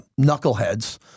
knuckleheads